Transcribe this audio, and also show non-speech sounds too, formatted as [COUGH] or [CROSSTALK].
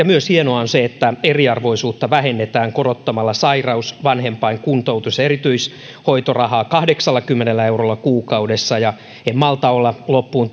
[UNINTELLIGIBLE] myös se että eriarvoisuutta vähennetään korottamalla sairaus vanhempain kuntoutus ja erityishoitorahaa kahdeksallakymmenellä eurolla kuukaudessa ja en malta olla loppuun [UNINTELLIGIBLE]